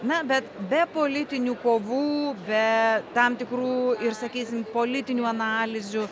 na bet be politinių kovų be tam tikrų ir sakysim politinių analizių